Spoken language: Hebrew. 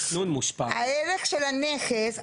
הערך של הנכס,